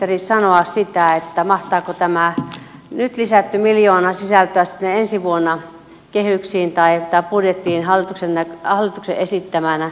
osaako ministeri sanoa sitä mahtaako tämä nyt lisätty miljoona sisältyä ensi vuonna kehyksiin tai budjettiin hallituksen esittämänä